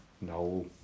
No